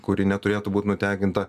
kuri neturėtų būt nutekinta